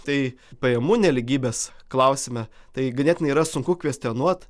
tai pajamų nelygybės klausime tai ganėtinai yra sunku kvestionuot